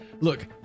look